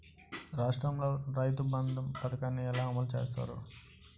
రాష్ట్రంలో రైతుబంధు పథకాన్ని ఎలా అమలు చేస్తారు?